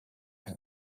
even